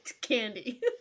candy